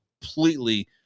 completely